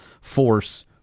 force